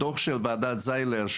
הדוח של ועדת זיילר,